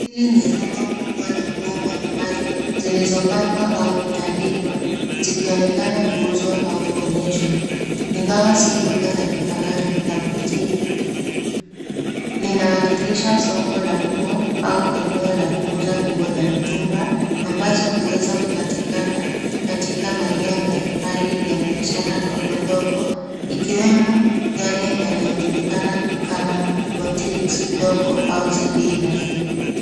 Hili ni rundo kubwa la nguo mbalimbali, zilizopangwa au kutandikwa, zikionekana kuuzwa au kuonyeshwa, ingawa si duka la kifahari la boutique .Lina wakilisha soko la nguo au eneo la kuuza nguo za mitumba, ambazo huweza kupatikana katika maeneo mbalimbali ya biashara ndogo ndogo, ikiwemo yale yanayojulikana kama boutiques ndogo au za bei nafuu.